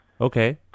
Okay